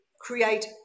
create